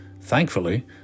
Thankfully